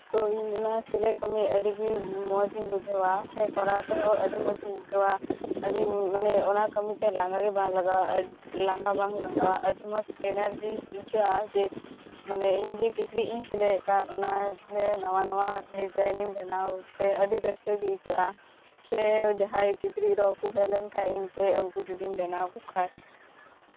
ᱛᱚ ᱤᱧ ᱚᱱᱟ ᱥᱤᱞᱟᱹᱭ ᱠᱟᱹᱢᱤ ᱟᱹᱰᱤᱜᱮ ᱢᱚᱡᱽ ᱤᱧ ᱵᱩᱡᱷᱟᱹᱣᱟ ᱥᱮ ᱠᱚᱨᱟᱣ ᱛᱮᱦᱚᱸ ᱟᱹᱰᱤᱜᱮ ᱢᱚᱡᱽ ᱤᱧ ᱟᱹᱭᱠᱟᱹᱣᱟ ᱟᱹᱰᱤ ᱢᱟᱱᱮ ᱚᱱᱟ ᱠᱟᱹᱢᱤᱛᱮ ᱞᱟᱸᱜᱟ ᱜᱮᱵᱟᱝ ᱞᱟᱜᱟᱜᱼᱟ ᱞᱟᱸᱜᱟ ᱵᱟᱝ ᱞᱟᱜᱟᱜᱼᱟ ᱟᱹᱰᱤ ᱢᱚᱡᱽ ᱮᱱᱟᱨᱡᱤ ᱟᱹᱭᱠᱟᱹᱜᱼᱟ ᱡᱮ ᱤᱧ ᱡᱮ ᱠᱤᱪᱨᱤᱪ ᱤᱧ ᱥᱤᱞᱟᱭᱮᱜ ᱠᱟᱱ ᱚᱱᱟ ᱱᱟᱣᱟ ᱱᱟᱣᱟ ᱰᱤᱡᱟᱭᱤᱱ ᱤᱧ ᱵᱮᱱᱟᱣᱛᱮ ᱟᱹᱰᱤ ᱨᱟᱹᱥᱠᱟᱹᱜᱮ ᱟᱹᱭᱠᱟᱹᱜᱼᱟ ᱥᱮ ᱡᱟᱦᱟᱸᱭ ᱠᱤᱪᱨᱤᱪ ᱨᱚᱜ ᱠᱚ ᱦᱮᱡ ᱞᱮᱱᱠᱷᱟᱡ ᱤᱧ ᱴᱷᱮᱡ ᱩᱱᱠᱩ ᱡᱩᱫᱤᱧ ᱵᱮᱱᱟᱣ ᱠᱚ ᱠᱷᱟᱡ